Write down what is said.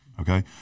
Okay